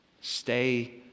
Stay